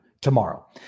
tomorrow